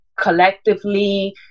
collectively